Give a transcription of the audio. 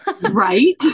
Right